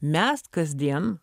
mes kasdien